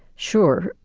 sure,